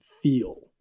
feel